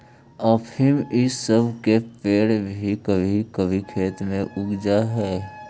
अफीम इ सब के पेड़ भी कभी कभी खेत में उग जा हई